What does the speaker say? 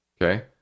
Okay